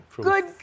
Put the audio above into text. Good